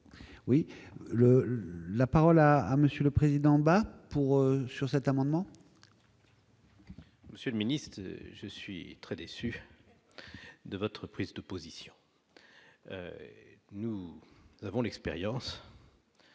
Le la parole à à monsieur le président, pour sur cet amendement. Monsieur le ministre, je suis très déçu de votre prise de position et nous avons l'expérience.